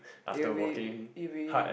it will be it'll be